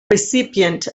recipient